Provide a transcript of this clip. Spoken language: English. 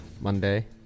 Monday